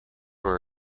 were